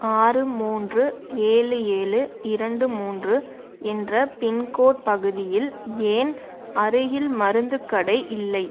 ஆறு மூன்று ஏழு ஏழு இரண்டு மூன்று என்ற பின்கோட் பகுதியில் ஏன் அருகில் மருந்துக் கடை இல்லை